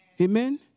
amen